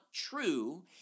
true